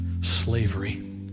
slavery